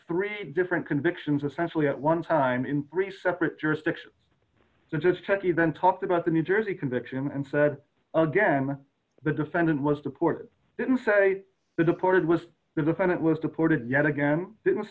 three different convictions essentially at one time in three separate jurisdictions and just petty then talked about the new jersey conviction and said again when the defendant was deported didn't say the deported was the defendant was deported yet again didn't